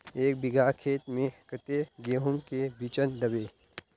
एक बिगहा खेत में कते गेहूम के बिचन दबे?